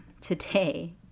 today